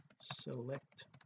select